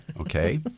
okay